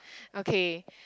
okay